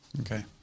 Okay